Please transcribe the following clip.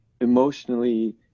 emotionally